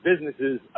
businesses